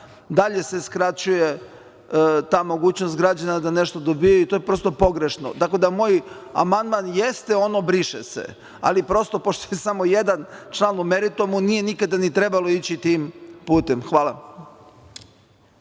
dalje se skraćuje ta mogućnost građana da nešto dobijaju, to je prosto pogrešno. Tako da moj amandman jeste – briše se, ali prosto pošto je samo jedan član u meritumu nije nikada ni trebalo ići tim putem. Hvala.